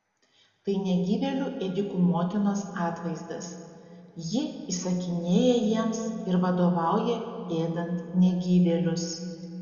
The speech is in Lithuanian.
tai negyvėlių ėdikų motinos atvaizdas ji įsakinėja jiems ir vadovauja ėdant negyvėlius